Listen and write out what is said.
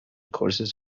courses